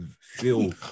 feel